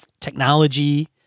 technology